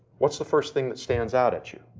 what's the first thing that stands out at you?